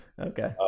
Okay